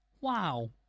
Wow